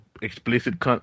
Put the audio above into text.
explicit